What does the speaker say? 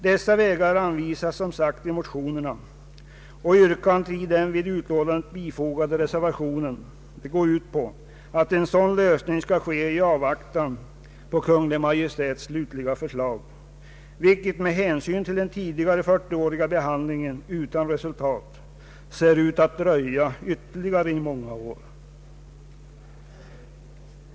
Dessa vägar anvisas som sagt i motionerna, och yrkandet i den vid utlåtandet bifogade reservationen går ut på, att en sådan lösning skall ske i avvaktan på Kungl. Maj:ts slutliga förslag, vilket, med hänsyn till den tidigare 40-åriga behandlingen utan resultat, ser ut att kunna dröja ytterligare i många år.